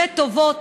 וטובות,